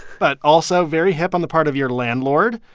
but also very hip on the part of your landlord.